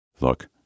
Look